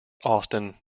austin